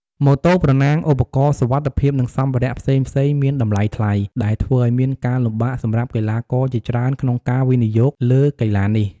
ម៉ូតូប្រណាំង ឧបករណ៍សុវត្ថិភាព និងសម្ភារៈផ្សេងៗមានតម្លៃថ្លៃ ដែលធ្វើឱ្យមានការលំបាកសម្រាប់កីឡាករជាច្រើនក្នុងការវិនិយោគលើកីឡានេះ។